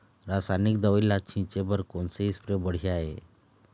रासायनिक दवई ला छिचे बर कोन से स्प्रे बढ़िया हे?